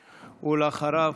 ואחריו,